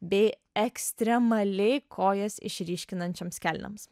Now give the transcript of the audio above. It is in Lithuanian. bei ekstremaliai kojas išryškinančioms kelnėms